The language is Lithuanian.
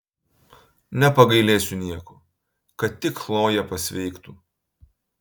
nepagailėsiu nieko kad tik chlojė pasveiktų